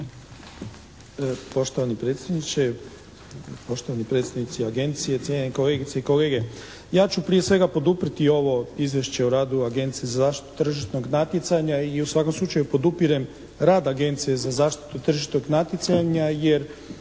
poštovani predstavnici Agencije, cijenjene kolegice i kolege. Ja ću prije svega poduprijeti ovo Izvješće o radu Agencije za zaštitu tržišnog natjecanja i u svakom slučaju podupirem rad Agencije za zaštitu tržišnog natjecanja jer